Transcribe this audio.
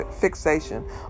fixation